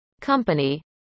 company